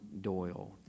Doyle